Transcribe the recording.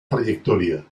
trayectoria